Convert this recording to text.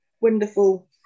Wonderful